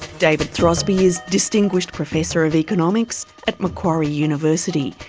david throsby is distinguished professor of economics at macquarie university.